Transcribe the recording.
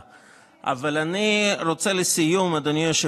הגב אליי, היי.